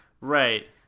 Right